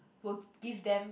will give them